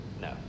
No